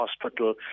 hospital